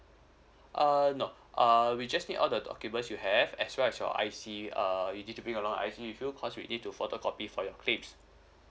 uh no uh we just need all the documents you have as well as your I_C uh you need to bring along I_C with you because we need to photocopy for your claims